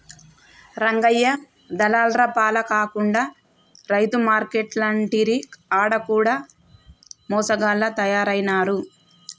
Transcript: రంగయ్య దళార్ల పాల కాకుండా రైతు మార్కేట్లంటిరి ఆడ కూడ మోసగాళ్ల తయారైనారు